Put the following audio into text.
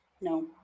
No